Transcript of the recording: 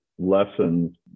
lessons